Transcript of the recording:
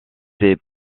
ses